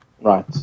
Right